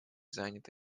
занят